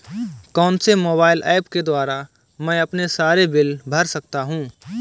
कौनसे mobile apps के द्वारा मैं अपने सारे बिल भर सकता हूं?